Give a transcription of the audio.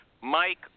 Mike